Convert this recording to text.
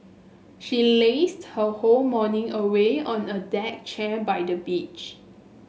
she lazed her whole morning away on a deck chair by the beach